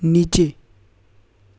નીચે